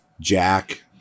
Jack